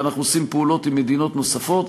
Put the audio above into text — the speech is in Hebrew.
ואנחנו עושים פעולות עם מדינות נוספות.